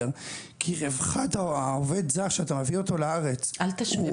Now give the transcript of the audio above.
כי רווחת העובד זר שאתה מביא אותו לארץ --- אל תשווה.